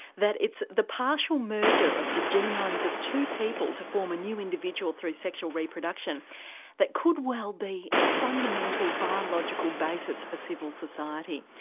that it's the partial merger of the genomes of two people to form a new individual through sexual reproduction that could well be the fundamental biological basis for civil society.